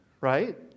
right